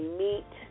meet